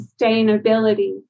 sustainability